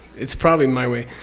it's probably my way.